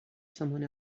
someone